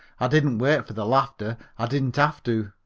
i didn't wait for the laughter. i didn't have to.